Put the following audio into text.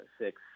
six